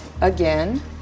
again